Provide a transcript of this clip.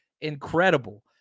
incredible